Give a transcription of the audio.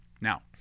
Now